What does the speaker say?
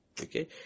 Okay